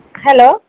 hello